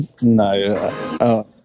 No